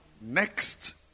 next